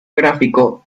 gráfico